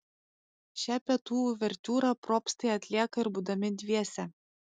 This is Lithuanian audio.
šią pietų uvertiūrą probstai atlieka ir būdami dviese